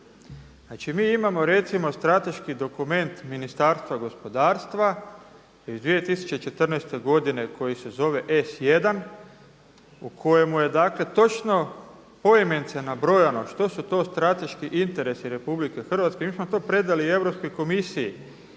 Znači mi imamo recimo strateški dokument Ministarstva gospodarstva iz 2014. godine koji se zove S1 u kojemu je točno poimence nabrojano što su to strateški interesi RH i mi smo to predali Europskoj komisiji